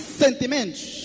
sentimentos